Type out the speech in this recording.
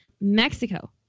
Mexico